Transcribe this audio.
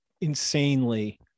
insanely